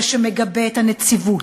זה שמגבה את הנציבות,